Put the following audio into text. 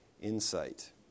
insight